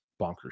bonkers